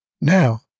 Now